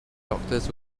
doctors